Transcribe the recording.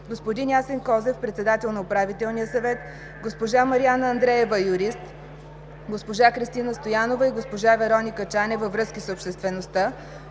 господин Ясен Козев – председател на управителния съвет, госпожа Мариана Андреева – юрист, госпожа Кристина Стоянова и госпожа Вероника Чанева – връзки с обществеността;